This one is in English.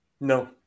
no